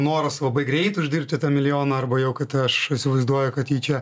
noras labai greit uždirbti tą milijoną arba jau kad aš įsivaizduoju kad ji čia